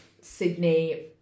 Sydney